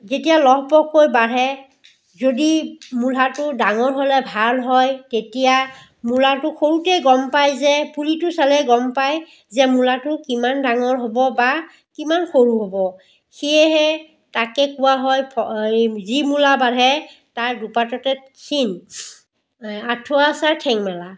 যেতিয়া লহ পহকৈ বাঢ়ে যদি মূলাটো ডাঙৰ হ'লে ভাল হয় তেতিয়া মূলাটো সৰুতেই গম পায় যে পুলিটো চালে গম পায় যে মূলাটো কিমান ডাঙৰ হ'ব বা কিমান সৰু হ'ব সেয়েহে তাকেই কোৱা হয় যি মূলা বাঢ়ে তাৰ দুপাততে চিন আঠুৱা চাই ঠেং মেলা